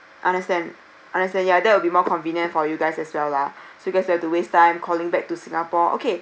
understand understand ya that will be more convenient for you guys as well lah so you guys don't have to waste time calling back to singapore okay